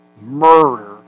murder